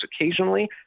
occasionally